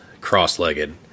cross-legged